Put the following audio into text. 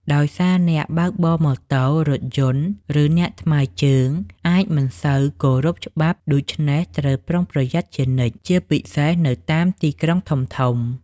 ដោយសារអ្នកបើកបរម៉ូតូ រថយន្តឬអ្នកថ្មើរជើងអាចមិនសូវគោរពច្បាប់ ដូច្នេះត្រូវប្រុងប្រយ័ត្នជានិច្ច ជាពិសេសនៅតាមទីក្រុងធំៗ។